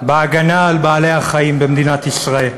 בהגנה על בעלי-החיים במדינת ישראל,